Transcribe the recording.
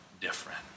different